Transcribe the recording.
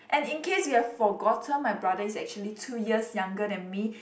and in case you have forgotten my brother is actually two years younger than me